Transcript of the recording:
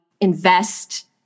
invest